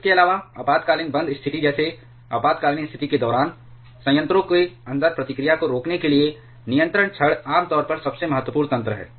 और इसके अलावा आपातकालीन बंद स्थिति जैसे आपातकालीन स्थिति के दौरान संयंत्रों के अंदर प्रतिक्रिया को रोकने के लिए नियंत्रण छड़ आमतौर पर सबसे महत्वपूर्ण तंत्र है